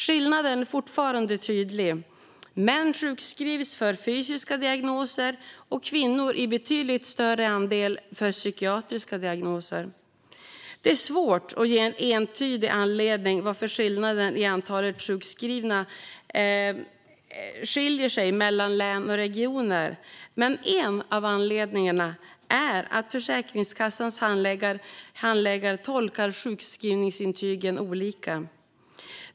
Skillnaden är fortfarande tydlig: Män sjukskrivs för fysiska diagnoser och kvinnor i betydligt större utsträckning för psykiatriska diagnoser. Det är svårt att ge en entydig anledning till att det är stora skillnader i antalet sjukskrivna mellan län och regioner, men en av anledningarna är att Försäkringskassans handläggare tolkar sjukskrivningsintygen olika.